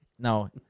No